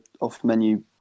off-menu